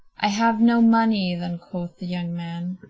i have no money, then quoth the young man,